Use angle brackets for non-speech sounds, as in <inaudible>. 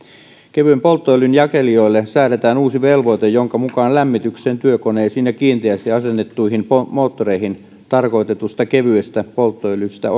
kevyen polttoöljyn jakelijoille säädetään uusi velvoite jonka mukaan osa lämmitykseen työkoneisiin ja kiinteästi asennettuihin moottoreihin tarkoitetusta kevyestä polttoöljystä <unintelligible>